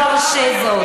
לא ארשה זאת.